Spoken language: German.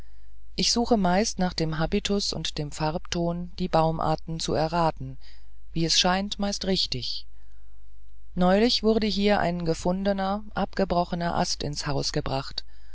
ich suche meist nach dem habitus und dem farbenton die baumarten zu erraten und wie es scheint meist richtig neulich wurde hier ein gefundener abgebrochener ast ins haus gebracht